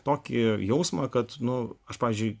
tokį jausmą kad nu aš pavyzdžiui